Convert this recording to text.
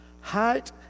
height